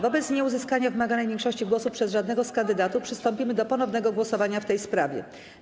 Wobec nieuzyskania wymaganej większości głosów przez żadnego z kandydatów przystąpimy do ponownego głosowania w tej sprawie.